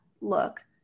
look